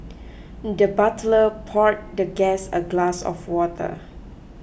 the butler poured the guest a glass of water